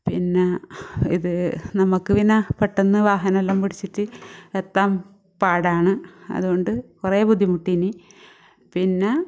പിന്നെ ഇത് നമുക്ക് പിന്നെ പെട്ടെന്ന് വാഹനമെല്ലാം പിടിച്ചിട്ട് എത്താൻ പാടാണ് അതുകൊണ്ട് കുറേ ബുദ്ധിമുട്ടീനി പിന്നെ